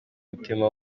mutima